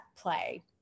play